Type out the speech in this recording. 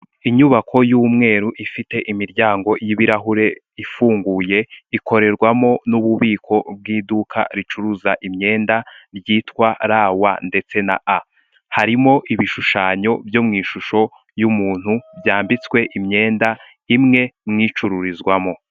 inyubako y'umweru ifite imiryango y'ibirahure ifunguye ikorerwamo n'ububiko bw'iduka ricuruza imyenda ryitwa RW ndetse na A harimo ibishushanyo byo mu ishusho y'umuntu byambitswe imyenda imwe mu icururizamo.